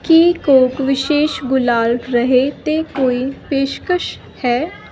ਕੀ ਕੌਕ ਵਿਸ਼ੇਸ਼ ਗੁਲਾਲ ਰਹੇ 'ਤੇ ਕੋਈ ਪੇਸ਼ਕਸ਼ ਹੈ